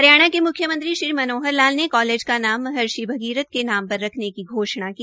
हरियाणा के मुख्यमंत्री श्री मनोहर लाल ने एक कॉलेज का नाम महर्षि भगीरथ के नाम पर रखने की घोषणा की